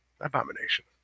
Abomination